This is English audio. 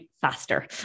faster